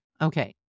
Okay